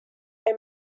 and